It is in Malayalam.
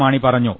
മാണി പറഞ്ഞു